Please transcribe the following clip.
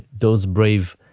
those brave.